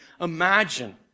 Imagine